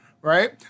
right